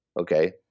Okay